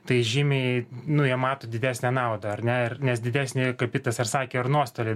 tai žymiai nu jie mato didesnę naudą ar ne ir nes didesni kaip vytas ir sakė ir nuostoliai